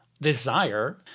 desire